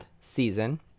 season